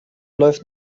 läuft